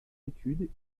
études